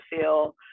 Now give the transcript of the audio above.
feel